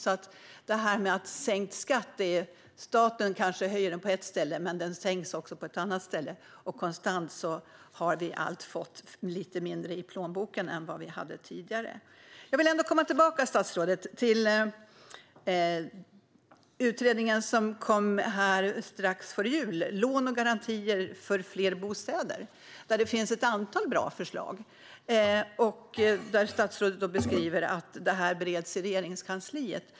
Staten kanske sänker skatten på ett ställe, men den höjs på ett annat ställe. Konstant har vi allt fått lite mindre i plånboken än vad vi hade tidigare. Jag vill komma tillbaka, statsrådet, till den utredning som kom strax före jul, Lån och garantier för fler bostäder , där det finns ett antal bra förslag. Statsrådet säger att utredningen bereds i Regeringskansliet.